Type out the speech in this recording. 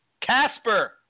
Casper